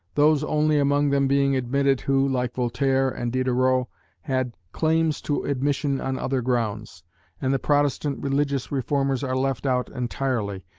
those only among them being admitted who, like voltaire and diderot, had claims to admission on other grounds and the protestant religious reformers are left out entirely,